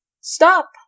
Stop